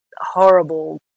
Horrible